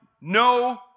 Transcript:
no